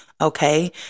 Okay